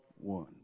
one